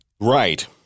Right